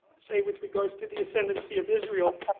say, with regards to the ascendancy of israel,